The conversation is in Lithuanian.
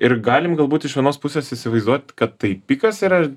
ir galim galbūt iš vienos pusės įsivaizduot kad tai pikas yra